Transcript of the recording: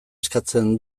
eskatzen